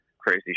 crazy